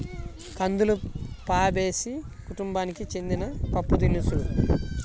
కందులు ఫాబేసి కుటుంబానికి చెందిన పప్పుదినుసు